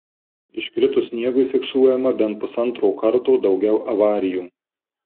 iškritus sniegui fiksuojama bent pusantro karto daugiau avarijų